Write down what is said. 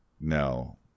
no